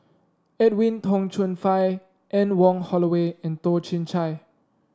Edwin Tong Chun Fai Anne Wong Holloway and Toh Chin Chye